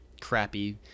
crappy